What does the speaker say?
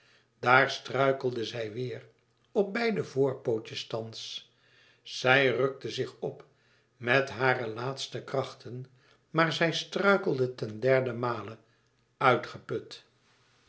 daar struikelde zij weêr op beide voorpootjes thans zij rùkte zich op met hare laatste krachten maar zij struikelde ten derde male uitgeput